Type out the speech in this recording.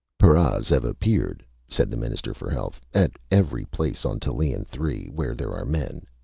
paras have appeared, said the minister for health, at every place on tallien three where there are men.